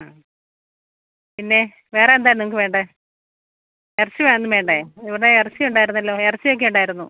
ആ പിന്നെ വേറെ എന്താണ് നിങ്ങൾക്ക് വേണ്ടത് ഇറച്ചി വേൺ തൊന്നും വേണ്ടെ ഇവിടെ ഇറച്ചി ഉണ്ടായിരുന്നല്ലോ ഇറച്ചി ഒക്കെ ഉണ്ടായിരുന്നു